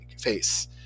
face